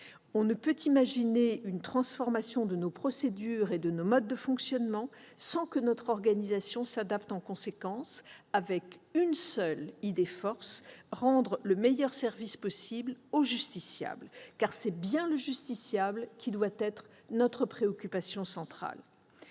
On ne peut imaginer une transformation de nos procédures et de nos modes de fonctionnement sans une adaptation de notre organisation, avec une seule idée-force : rendre le meilleur service possible au justiciable, car c'est bien lui qui doit être notre préoccupation centrale.